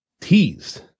teased